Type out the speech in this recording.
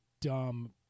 dumb